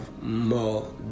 more